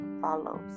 follows